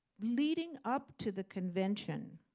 leading up to the convention,